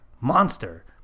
monster